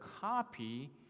copy